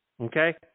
Okay